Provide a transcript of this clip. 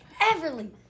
everly